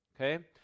Okay